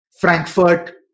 Frankfurt